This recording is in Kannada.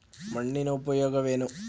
ಮಣ್ಣಿನ ಉಪಯೋಗವೇನು?